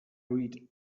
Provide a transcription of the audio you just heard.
read